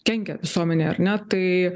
kenkia visuomenei ar ne tai